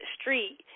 Street